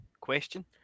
question